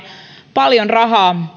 paljon rahaa